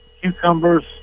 cucumbers